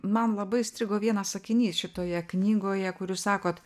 man labai įstrigo vienas sakinys šitoje knygoje kur jūs sakot